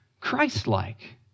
Christ-like